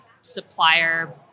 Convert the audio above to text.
supplier